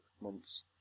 months